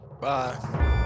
Bye